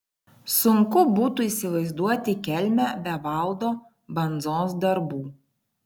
sunku būtų įsivaizduoti kelmę be valdo bandzos darbų